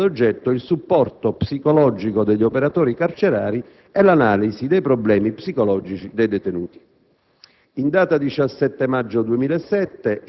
ad Amedeo Maffei, aventi ad oggetto il supporto psicologico degli operatori carcerari e l'analisi dei problemi psicologici dei detenuti.